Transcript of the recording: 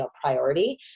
priority